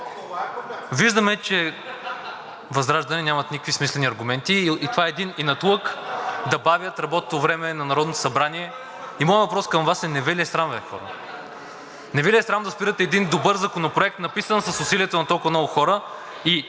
Виждаме, че ВЪЗРАЖДАНЕ нямат никакви смислени аргументи и това е един инатлък да бавят работното време на Народното събрание. Моят въпрос към Вас е: не Ви ли е срам бе, хора?! Не Ви ли е срам да спирате един добър законопроект, написан с усилията на толкова много хора